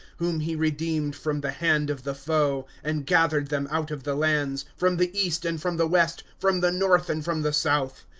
whom he redeemed from the hand of the foe and gathered them out of the lands, from the east and from the west, from the north and from the south.